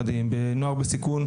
בדרום.